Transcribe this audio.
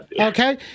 Okay